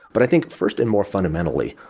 but i think, first and more fundamentally,